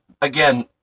again